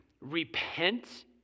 repent